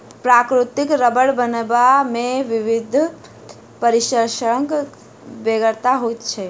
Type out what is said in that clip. प्राकृतिक रबर बनयबा मे विधिवत प्रशिक्षणक बेगरता होइत छै